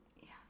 Yes